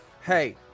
Hey